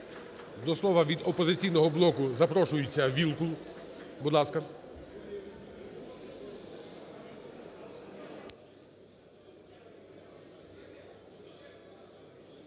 До слова від "Опозиційного блоку" запрошуєтьсяВілкул, будь ласка.